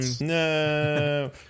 No